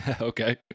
Okay